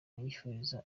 yifuriza